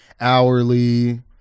hourly